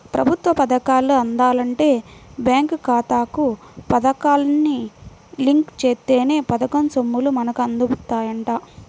ప్రభుత్వ పథకాలు అందాలంటే బేంకు ఖాతాకు పథకాన్ని లింకు జేత్తేనే పథకం సొమ్ములు మనకు అందుతాయంట